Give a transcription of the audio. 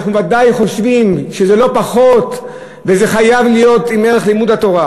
ואנחנו ודאי חושבים שזה לא פחות וזה חייב להיות עם ערך לימוד התורה,